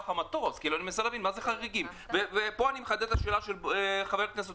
ופה אני מחדד את השאלה של חבר הכנסת